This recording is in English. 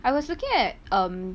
I was looking at um